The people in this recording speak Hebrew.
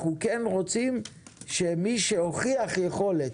אנחנו כן רוצים שמי שהוכיח יכולת